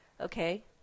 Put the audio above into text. okay